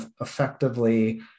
effectively